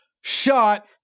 shot